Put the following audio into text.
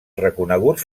reconeguts